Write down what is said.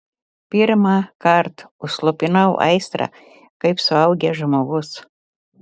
pirmąkart užslopinau aistrą kaip suaugęs žmogus